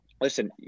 listen